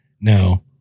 Now